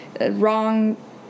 wrong